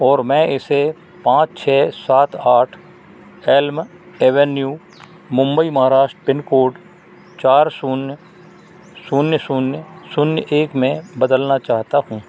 और मैं इसे पाँच छः सात आठ Elm Avenue Mumbai Maharashtra pin code चार शून्य शून्य शून्य शून्य एक में बदलना चाहता हूँ